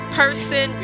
person